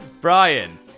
Brian